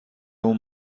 اون